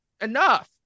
enough